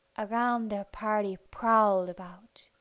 around their party prowled about.